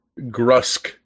Grusk